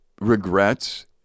regrets